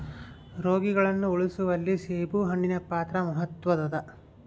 ರೋಗಿಗಳನ್ನು ಉಳಿಸುವಲ್ಲಿ ಸೇಬುಹಣ್ಣಿನ ಪಾತ್ರ ಮಾತ್ವದ್ದಾದ